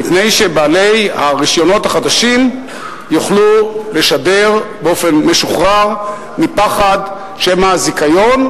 מפני שבעלי הרשיונות החדשים יוכלו לשדר באופן משוחרר מפחד שמא הזיכיון,